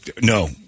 no